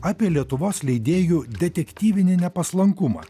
apie lietuvos leidėjų detektyvinį nepaslankumą